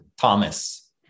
Thomas